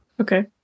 Okay